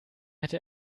hätte